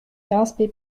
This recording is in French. quinze